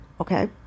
Okay